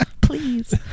Please